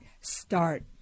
start